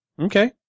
Okay